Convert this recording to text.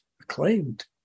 acclaimed